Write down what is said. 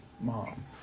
mom